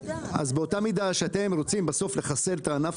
באותה המידה שאתם רוצים לחסל את הענף